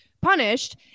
punished